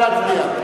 נא להצביע.